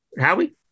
Howie